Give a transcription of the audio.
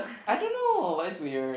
I don't know but it's weird